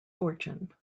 fortune